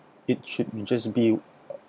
it should just be